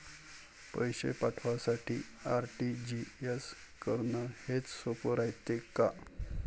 पैसे पाठवासाठी आर.टी.जी.एस करन हेच सोप रायते का?